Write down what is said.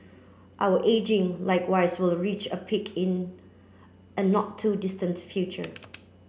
our ageing likewise will reach a peak in a not too distant future